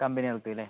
company നിർത്തിയല്ലേ